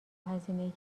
هزینه